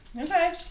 Okay